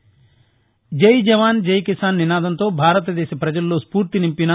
జై జవాన్ జై కిసాన్ నినాదంతో భారతదేశ పజల్లో స్పూర్తి నింపిన